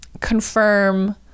confirm